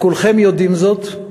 וכולכם יודעים זאת,